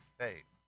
faith